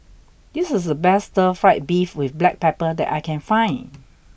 this is the best Stir Fried Beef with Black Pepper that I can find